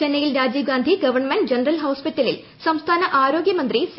ചെന്നൈയിൽ Rajiv Gandhi government general ഹോസ്പിറ്റലിൽ സംസ്ഥാന ആരോഗ്യ മന്ത്രി സി